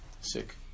Sick